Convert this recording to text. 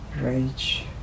rage